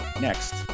next